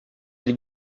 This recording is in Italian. del